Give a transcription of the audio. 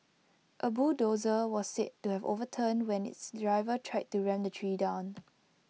A bulldozer was said to have overturned when its driver tried to ram the tree down